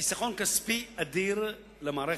חיסכון כספי אדיר למערכת,